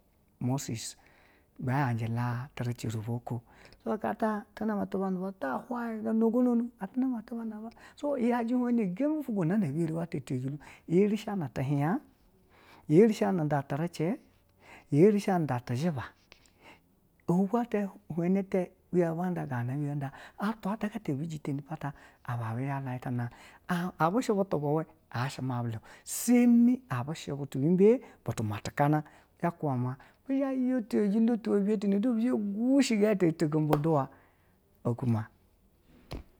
Moses bi hien a jila tirace ivwo oko so gata ti name atuba na naba gana gono atwu name ati ba na ba, gona gono iye shi na tihiya na turace iye sha ni nta tiziba ohwogo, ohini ata biyeri ba nda gana abi yeri ba nda atwa ata ɛbi jiteni apata ba layitana, un uwe shi butu bu we azha ma vwe seme a bisha butu bu ma tikana kubu ma bi zha baya tiyejilo ti webiye tu na bi zha ba gushigo tuwa.